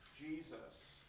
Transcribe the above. Jesus